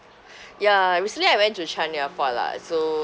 ya recently I went to try their food lah uh so